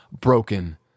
broken